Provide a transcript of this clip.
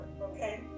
okay